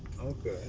Okay